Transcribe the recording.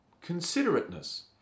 Considerateness